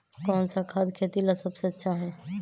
कौन सा खाद खेती ला सबसे अच्छा होई?